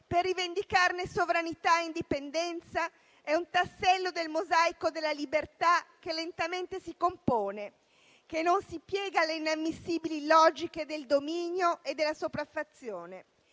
per rivendicarne sovranità e indipendenza, è un tassello del mosaico della libertà che lentamente si compone, che non si piega alle inammissibili logiche del dominio e della sopraffazione.